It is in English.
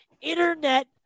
internet